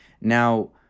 Now